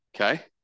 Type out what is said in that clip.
Okay